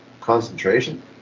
concentration